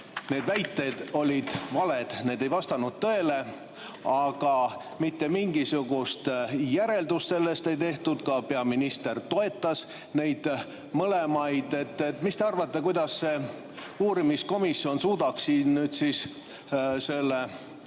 Need väited olid valed, need ei vastanud tõele. Aga mitte mingisugust järeldust sellest ei tehtud, ka peaminister toetas neid mõlemaid. Mis te arvate, kuidas see uurimiskomisjon suudaks siin selle